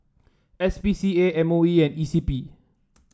S P C A M O E and E C P